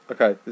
Okay